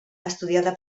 estudiada